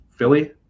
Philly